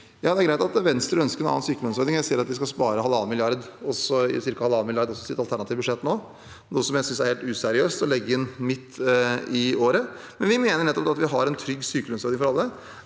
Venstre ønsker en annen sykelønnsordning, og jeg ser at de skal spare ca. 1,5 mrd. kr i sitt alternative budsjett nå, noe jeg synes er helt useriøst å legge inn midt i året. Vi mener nettopp at det at vi har en trygg sykelønnsordning for alle,